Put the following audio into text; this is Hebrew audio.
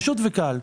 פשוט וקל.